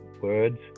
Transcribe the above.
words